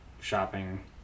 shopping